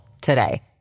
today